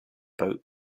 boat